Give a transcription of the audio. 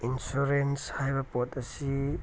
insurance ꯍꯥꯏꯕ ꯄꯣꯠ ꯑꯁꯤ